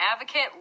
advocate